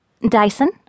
Dyson